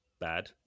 bad